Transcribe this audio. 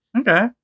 Okay